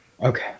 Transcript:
Okay